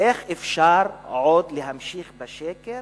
איך אפשר עוד להמשיך בשקר